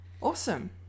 awesome